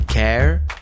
Care